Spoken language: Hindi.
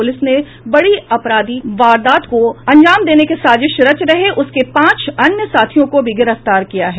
पुलिस ने बड़ी आपराधी वारदात को अंजाम देने के साजिश रच रहे उसके पांच अन्य साथियों को भी गिरफ्तार किया है